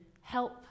help